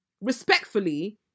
Respectfully